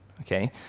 okay